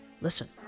listen